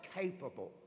capable